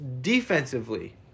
defensively